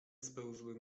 spełzły